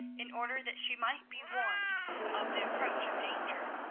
in order that she might be warned of the approach of danger.